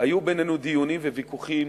היו בינינו דיונים וויכוחים